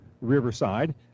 Riverside